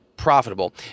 profitable